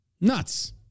Nuts